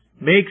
makes